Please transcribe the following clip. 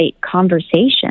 conversation